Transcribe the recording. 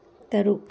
ꯇꯔꯨꯛ